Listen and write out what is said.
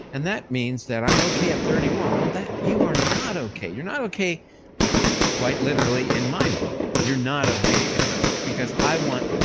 and that means that i'm okay at thirty one point well that you are not okay. you're not okay quite literally in my book. you're not okay in my book because i want